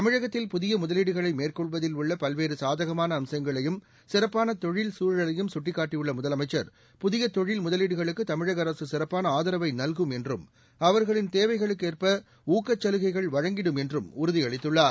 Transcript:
தமிழகத்தில் புதிய முதலீடுகளை மேற்கொள்வதில் உள்ள பல்வேறு சாதகமான அம்சங்களையும் சிறப்பான தொழில் சூழலையும் சுட்டிக்காட்டியுள்ள முதலமைச்சா் புதிய தொழில் முதலீடுகளுக்கு தமிழக அரசு சிறப்பான ஆதரவை நல்கும் என்றும் அவர்களின் தேவைகளுக்கு ஏற்ப ஊக்கச்சலுகைகளை வழங்கிடும் என்றும் உறுதி அளித்துள்ளார்